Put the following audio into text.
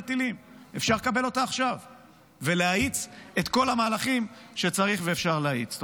טילים אפשר לקבל עכשיו ולהאיץ את כל המהלכים שצריך ואפשר להאיץ.